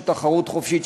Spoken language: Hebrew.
של תחרות חופשית,